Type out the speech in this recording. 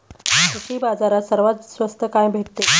कृषी बाजारात सर्वात स्वस्त काय भेटते?